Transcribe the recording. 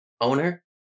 owner